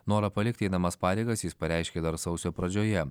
norą palikti einamas pareigas jis pareiškė dar sausio pradžioje